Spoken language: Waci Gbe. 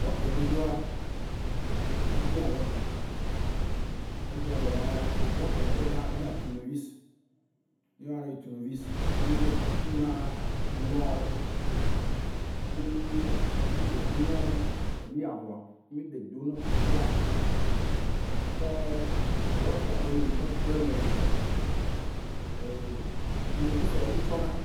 Lɔke dodoa, mí dona lɔke. Egbɔ ele ma hã be lɔke ŋutɔ tsã, ehiã tournevis. Wó yɔna nuɖe be tournevis, ye mí xe tru na boulons wó. Ne mí ɖe do ne nuya vɔa, nemi ɖe do ne ʋɔtrua, tsɔ lɔkea ɖo nu, tsɔ de emea, tournevis ya ye mi tsɔ na